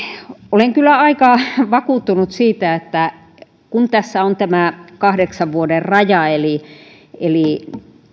olen kyllä aika vakuuttunut siitä että kun tässä on kahdeksan vuoden raja eli eli